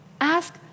Ask